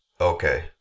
Okay